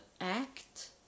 act